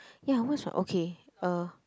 ya what's my okay uh